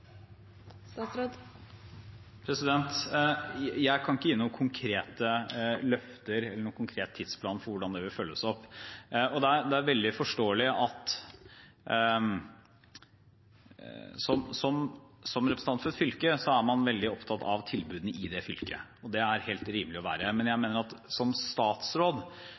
Jeg kan ikke gi noen konkrete løfter eller noen konkret tidsplan for hvordan det vil følges opp. Det er veldig forståelig at man som representant for et fylke er veldig opptatt av tilbudene i det fylket. Det er det helt rimelig å være, men jeg mener at som statsråd